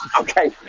Okay